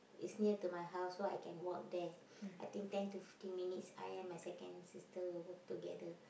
it's near to my house so I can walk there I think ten to fifteen minutes I and my second sister will walk together